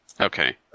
Okay